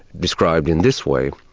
described in this way,